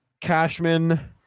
Cashman